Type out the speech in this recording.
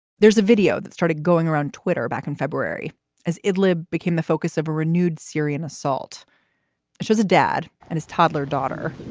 there's a video that started going around twitter back in february as it lib. became the focus of a renewed syrian assault. it shows a dad and his toddler daughter